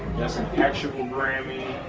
that's an actual grammy.